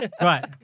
Right